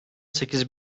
sekiz